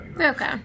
Okay